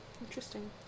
Interesting